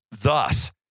Thus